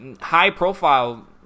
high-profile